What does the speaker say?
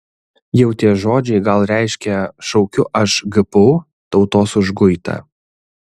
jau tie žodžiai gal reiškia šaukiu aš gpu tautos užguitą